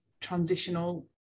transitional